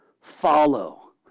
follow